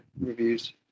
reviews